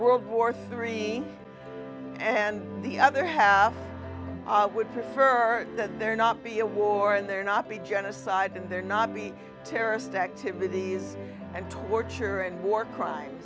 world war three and the other half would prefer that there not be a war and there not be genocide and there not be terrorist activities and torture and war crimes